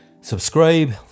subscribe